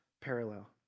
parallel